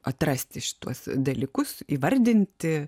atrasti šituos dalykus įvardinti